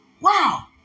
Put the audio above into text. Wow